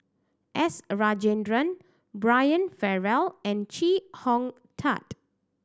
S Rajendran Brian Farrell and Chee Hong Tat